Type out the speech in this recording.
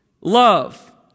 Love